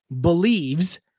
believes